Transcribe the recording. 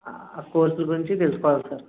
ఆ కోర్సులు గురించి తెలుసుకోవాలి సార్